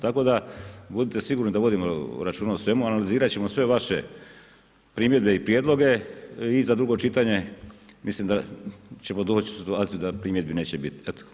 Tako da, budite sigurni da vodimo računa o svemu, analizirati ćemo sve vaše primjedbe i prijedloge i za drugo čitanje, mislim da ćemo doći u situaciju da primjedbi neće biti.